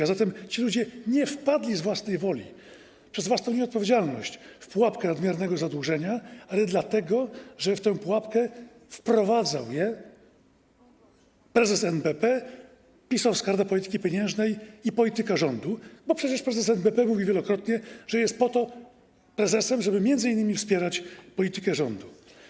A zatem ci ludzie nie wpadli z własnej woli, przez własną nieodpowiedzialność w pułapkę nadmiernego zadłużenia, ale dlatego że w tę pułapkę wprowadzał ich prezes NBP, PiS-owska Rada Polityki Pieniężnej i polityka rządu, bo przecież prezes NBP mówił wielokrotnie, że jest po to prezesem, żeby m.in. wspierać politykę rządu.